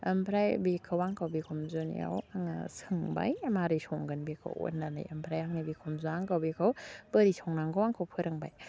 ओमफ्राय बिखौ आंखौ बिखुनजोनियाव आङो सोंबाय माबोरै संगोन बेखौ अन्नानै बेखौ आङो बिखुनजोआ आंखौ बेखौ माबोरै संनांगौ आंखौ फोरोंबाय